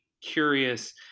curious